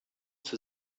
zur